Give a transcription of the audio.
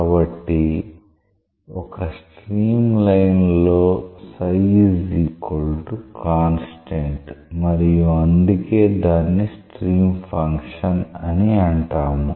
కాబట్టి ఒక streamline లో కాంస్టాంట్ మరియు అందుకే దానిని స్ట్రీమ్ ఫంక్షన్ అని అంటాము